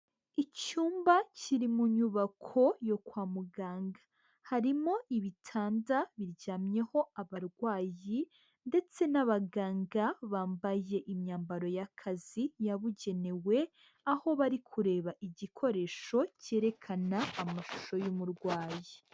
Icyumba kiri mu nyubako yo kwa muganga. Harimo ibitanda biryamyeho abarwayi ndetse n'abaganga bambaye imyambaro y'akazi yabugenewe, aho bari kureba igikoresho kerekana amashusho y'umurwayi.